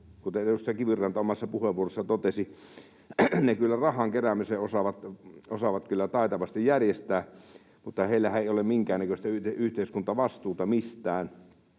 kuten edustaja Kiviranta omassa puheenvuorossaan totesi, ne kyllä rahan keräämisen osaavat taitavasti järjestää, mutta niillähän ei ole minkäännäköistä yhteiskuntavastuuta mistään,